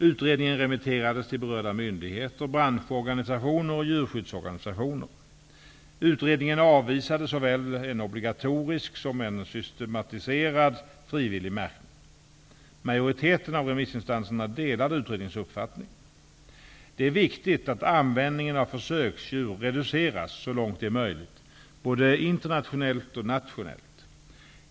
Utredningen remitterades till berörda myndigheter, branschorganisationer och djurskyddsorganisationer. Utredningen avvisade såväl en obligatorisk som en systematiserad, frivillig märkning. Majoriteten av remissinstanserna delade utredningens uppfattning. Det är viktigt att användningen av försöksdjur reduceras så långt det är möjligt både internationellt och nationellt.